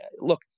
Look